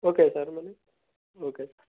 okay sir మరి okay